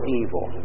evil